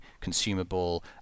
consumable